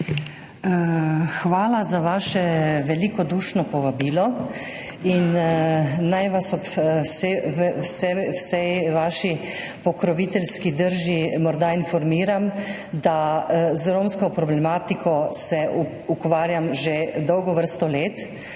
Hvala za vaše velikodušno povabilo in naj vas ob vsej vaši pokroviteljski drži morda informiram, da se z romsko problematiko ukvarjam že vrsto let